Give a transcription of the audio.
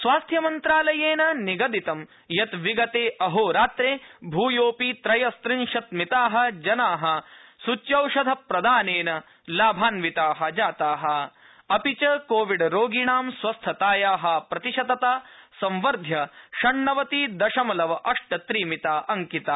स्वास्थ्यमन्त्रालयेन निगदितं यत् विगते अहोरात्रे भ्योऽपि त्रयस्त्रिंशत्मिता जना सच्यौषध प्रदानेन लाभान्विता जाता अपि च कोविड रोगिणां स्वस्थताया प्रतिशतता संवध्य षण्णवति दशमलव अष्ट त्रिमिता अंकिता